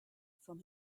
from